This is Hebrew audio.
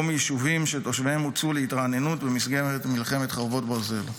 מיישובים שתושביהם הוצאו להתרעננות במסגרת מלחמת חרבות ברזל,